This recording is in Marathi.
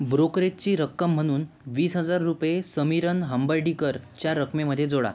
ब्रोकरेजची रक्कम म्हणून वीस हजार रुपये समीरन हंबर्डीकरच्या रकमेमध्ये जोडा